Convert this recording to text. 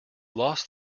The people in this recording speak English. lost